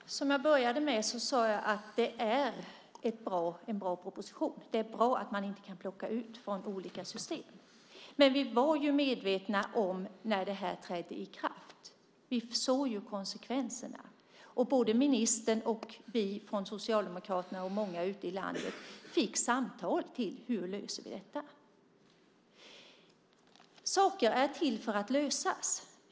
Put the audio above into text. Herr talman! Jag började med att säga att det är en bra proposition. Det är bra att man inte kan plocka ut från olika system. Men vi var medvetna om detta när det trädde i kraft, och vi såg konsekvenserna. Både ministern, vi från Socialdemokraterna och många ute i landet fick förfrågan: Hur löser vi detta? Saker är till för att lösas.